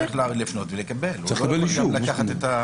הוא צריך לקבל אישור,